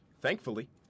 thankfully